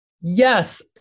yes